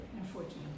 Unfortunately